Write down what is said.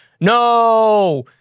no